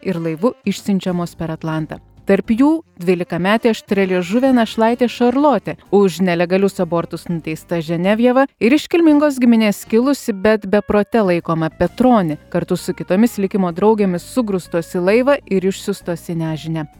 ir laivu išsiunčiamos per atlantą tarp jų dvylikametė aštrialiežuvė našlaitė šarlotė už nelegalius abortus nuteista ženevjeva ir iš kilmingos giminės kilusi bet beprote laikoma petroni kartu su kitomis likimo draugėmis sugrūstos į laivą ir išsiųstos į nežinią